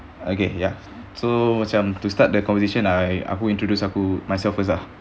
okay ya so macam to start the conversation I aku introduce aku myself first ah